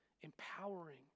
empowering